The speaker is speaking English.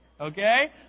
Okay